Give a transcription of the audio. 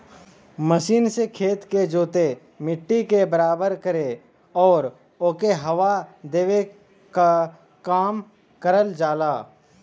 machine से खेत के जोते, मट्टी के बराबर करे आउर ओके हवा देवे क काम करल जाला